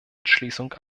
entschließung